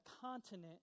continent